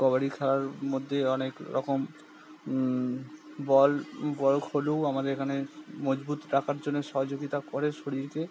কবাডি খেলার মধ্যে অনেক রকম বল আমাদের এখানে মজবুত রাখার জন্য সহযোগিতা করে শরীরকে